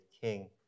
king